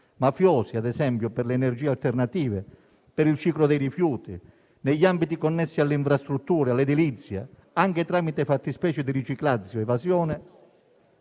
mafiosi, ad esempio, per le energie alternative, per il ciclo dei rifiuti, negli ambiti connessi alle infrastrutture, all'edilizia, anche tramite fattispecie di riciclaggio, evasione